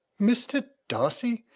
mr. darcy?